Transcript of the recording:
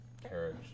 Carriage